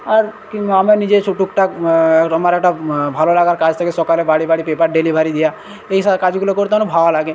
আর কিংবা আমার নিজস্ব টুকটাক আমার একটা ভালো লাগার কাজ থাকে সকালে বাড়ি বাড়ি পেপার ডেলিভারি দেওয়া এইসব কাজগুলো করতে আমার ভালো লাগে